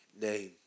name